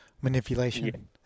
manipulation